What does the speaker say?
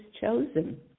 chosen